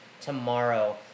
tomorrow